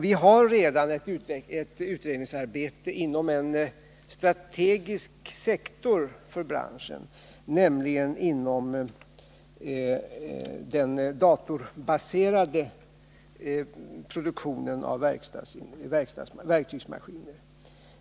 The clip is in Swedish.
Vi har redan ett utredningsarbete inom en strategisk sektor för branschen på gång, nämligen inom den datorbaserade produktionen av verktygsmaskiner.